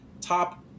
top